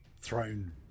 throne